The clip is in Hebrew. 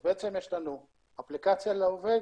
אז בעצם יש לנו אפליקציה לעובד.